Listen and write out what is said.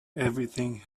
everything